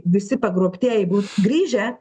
visi pagrobtieji būt grįžę